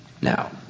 Now